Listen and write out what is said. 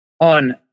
on